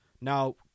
Now